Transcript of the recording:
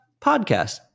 podcast